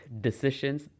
decisions